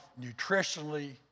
nutritionally